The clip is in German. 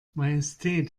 majestät